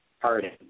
pardon